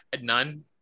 none